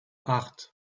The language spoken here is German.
acht